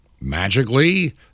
Magically